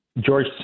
George